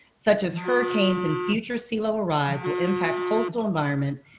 such as hurricanes and future sea level rise will impact coastal environments,